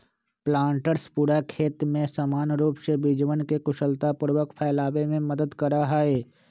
planters पूरा खेत में समान रूप से बीजवन के कुशलतापूर्वक फैलावे में मदद करा हई